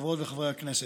חברות וחברי הכנסת,